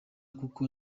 kuko